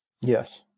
Yes